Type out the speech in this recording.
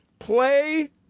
Play